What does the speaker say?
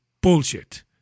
bullshit